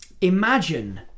imagine